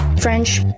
French